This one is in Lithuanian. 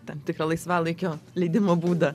tam tikrą laisvalaikio leidimo būdą